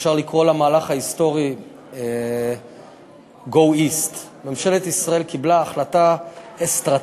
אפשר לקרוא למהלך ההיסטורי go east: ממשלת ישראל קיבלה החלטה אסטרטגית